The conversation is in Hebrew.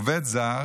עובד זר